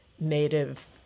native